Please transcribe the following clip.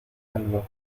algo